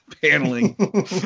paneling